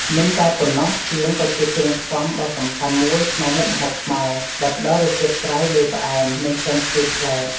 មិនតែប៉ុណ្ណោះសៀង ក៏ជាគ្រឿងផ្សំដ៏សំខាន់មួយក្នុងមុខម្ហូបខ្មែរ ដែលផ្ដល់រសជាតិប្រៃលាយផ្អែម និងក្លិនឈ្ងុយប្លែក។